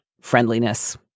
friendliness